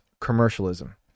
commercialism